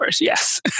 yes